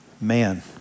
man